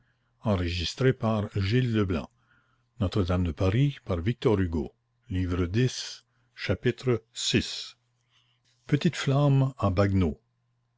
france vi petite flambe en